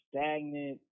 stagnant